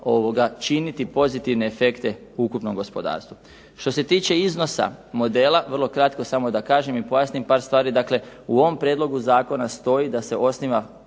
činiti pozitivne efekte ukupnom gospodarstvu. Što se tiče iznosa modela vrlo kratko samo da kažem i pojasnim par stvari. Dakle, u ovom prijedlogu zakona stoji da se osniva